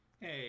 Hey